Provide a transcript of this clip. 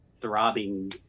throbbing